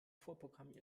vorprogrammiert